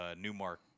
Newmark